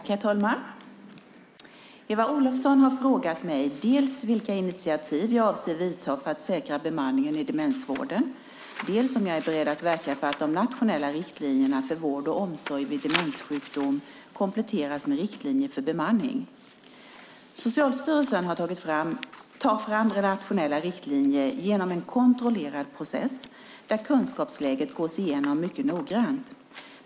Herr talman! Eva Olofsson har frågat mig dels vilka initiativ jag avser att ta för att säkra bemanningen i demensvården, dels om jag är beredd att verka för att de nationella riktlinjerna för vård och omsorg vid demenssjukdom kompletteras med riktlinjer för bemanning. Socialstyrelsen tar fram nationella riktlinjer genom en kontrollerad process där kunskapsläget gås igenom mycket noggrant.